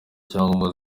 icyangombwa